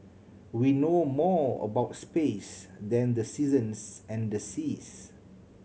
we know more about space than the seasons and the seas